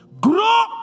grow